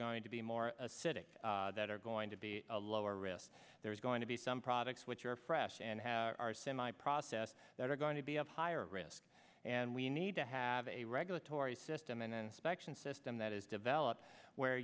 going to be more acidic that are going to be a lower risk there is going to be some products which are fresh and are semi processed that are going to be of higher risk and we need to have a regulatory system an inspection system that is developed where